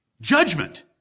judgment